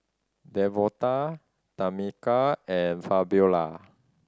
Devonta Tamica and Fabiola